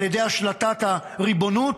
על ידי השלטת הריבונות,